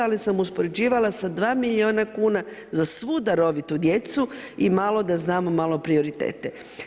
Ali sam uspoređivala sa 2 milijuna kuna za svu darovitu djecu i malo da znamo malo prioritete.